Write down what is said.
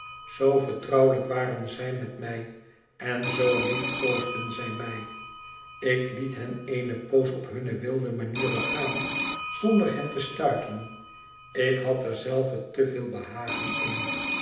zoo vertrouwelijk waren zij met mij en zoo liefkoosden zij mij ik liet hen eene poos op hunne wilde manier begaan zonder hen te stuiten ik had er zelve te veel behagen in